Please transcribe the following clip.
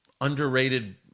Underrated